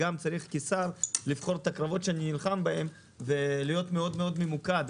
כשר אני גם צריך לבחור את הקרבות שאני נלחם בהם ולהיות מאוד ממוקד.